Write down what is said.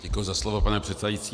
Děkuji za slovo, pane předsedající.